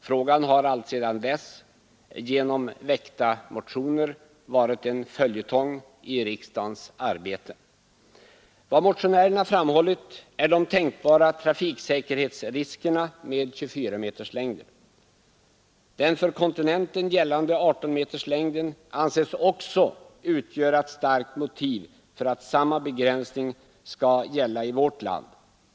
Frågan har alltsedan dess genom väckta motioner varit en följetong i riksdagens arbete. Vad motionärerna framhållit är de tänkbara trafiksäkerhetsriskerna med 24-meterslängden. Den för kontinenten gällande 18-meterslängden anses också utgöra ett starkt motiv för att samma begränsning skall gälla i vårt land.